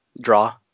draw